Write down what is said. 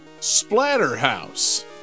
Splatterhouse